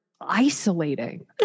isolating